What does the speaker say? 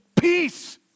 peace